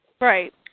Right